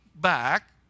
back